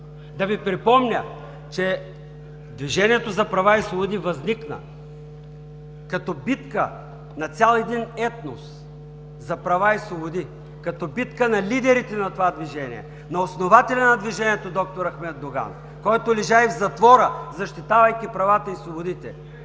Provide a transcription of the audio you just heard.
Да Ви припомня, че Движението за права и свободи възникна като битка на цял един етнос за права и свободи, като битка на лидерите на това движение, на основателя на движението доктор Ахмед Доган, който лежа и в затвора, защитавайки правата и свободите,